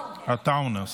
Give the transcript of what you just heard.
עטאונה,